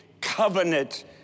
covenant